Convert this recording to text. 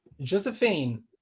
josephine